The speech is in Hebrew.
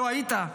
לא היית,